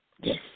Yes